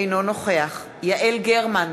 אינו נוכח יעל גרמן,